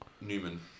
Newman